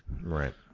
right